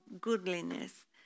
goodliness